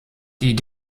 die